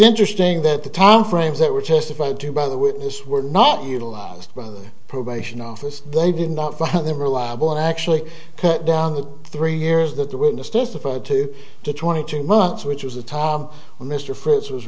interesting that the time frames that were testified to by the witness were not utilized by the probation office they did not find them reliable actually cut down the three years that the witness testified to to twenty two months which was the time when mr fr